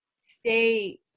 stay